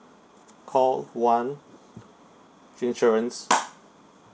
call one insurance